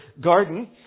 garden